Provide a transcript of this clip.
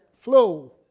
flow